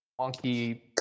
wonky